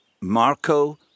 Marco